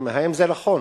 האם זה נכון?